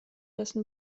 dessen